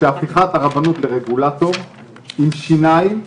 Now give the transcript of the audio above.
שהפיכת הרבנות לרגולטור עם שיניים,